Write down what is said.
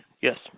Yes